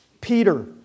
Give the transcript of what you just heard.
Peter